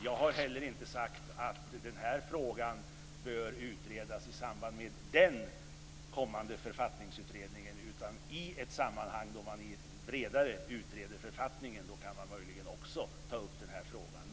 Jag har heller inte sagt att den här frågan bör utredas i samband med den kommande författningsutredningen, utan i ett sammanhang då man bredare utreder författningen kan man möjligen också ta upp den här frågan.